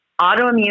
autoimmune